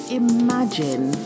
imagine